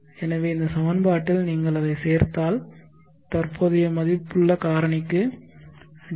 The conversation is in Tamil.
எனவே இந்த சமன்பாட்டில் நீங்கள் அதைச் சேர்த்தால் தற்போதைய மதிப்புள்ள காரணிக்கு D